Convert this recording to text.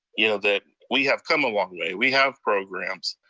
you know that we have come a long way. we have programs,